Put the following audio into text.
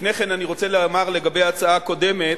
לפני כן אני רוצה לומר לגבי ההצעה הקודמת.